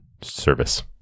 service